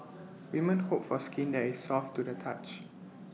women hope for skin that is soft to the touch